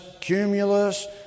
cumulus